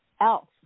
else